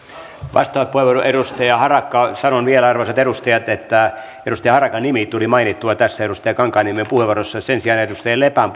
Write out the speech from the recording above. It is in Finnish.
vastauspuheenvuoro edustaja harakka sanon vielä arvoisat edustajat että edustaja harakan nimi tuli mainittua tässä edustaja kankaanniemen puheenvuorossa sen sijaan edustaja lepän